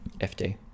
FD